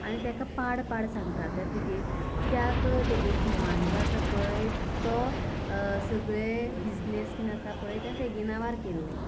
आनी तेका पाड पाड सांगता ते तुगे किद्याक तेगे घोवान जो आसा पळय तो सगळी बिजनेस बीन आसा पळय तें तेगे नांवार केल्लें